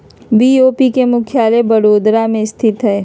BOB के मुख्यालय बड़ोदरा में स्थित हइ